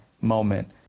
moment